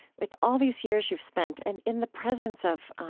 with all these years you've spent and in the presence of